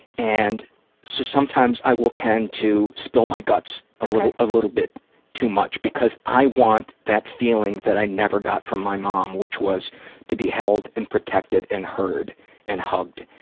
and so sometimes i will tend to spill my guts a little ah little bit too much. because i want that feeling that i never got from my mom, which was to be held and protected and heard and hugged.